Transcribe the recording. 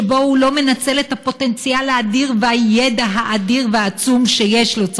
שבו הוא לא מנצל את הפוטנציאל האדיר ואת הידע האדיר והעצום שיש לו.